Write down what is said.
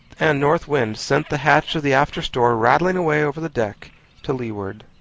and north wind sent the hatch of the after-store rattling away over the deck to leeward.